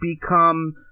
become